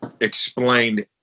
explained